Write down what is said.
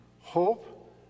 hope